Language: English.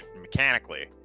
mechanically